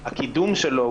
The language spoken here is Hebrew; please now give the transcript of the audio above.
הקידום שלו.